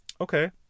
Okay